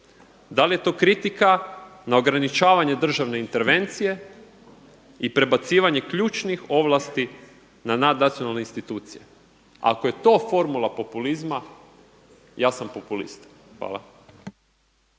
Da li je to kritika na ograničavanje državne intervencije i prebacivanje ključnih ovlasti na nadnacionalne institucije? Ako je to formula populizma ja sam populista. Hvala.